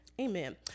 Amen